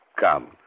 come